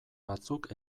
batzuk